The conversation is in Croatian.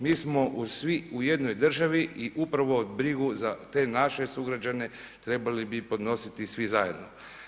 Mi smo svi u jednoj državi i upravo brigu za te naše sugrađane trebali bi podnositi svi zajedno.